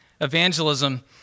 evangelism